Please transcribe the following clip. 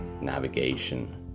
navigation